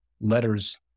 letters